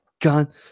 gun